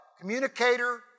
Communicator